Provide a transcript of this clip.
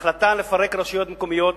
ההחלטה הזאת לפרק רשויות מקומיות,